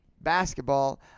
basketball